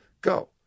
Go